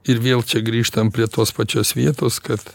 ir vėl čia grįžtam prie tos pačios vietos kad